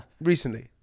Recently